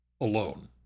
alone